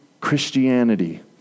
Christianity